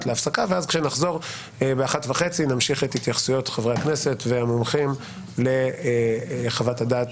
כשנחזור בשעה 13:30 נמשיך את התייחסויות חברי הכנסת והמומחים לחוות הדעת